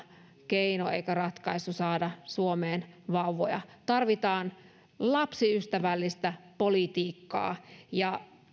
keino eikä ratkaisu saada suomeen vauvoja tarvitaan lapsiystävällistä politiikkaa ja